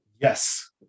Yes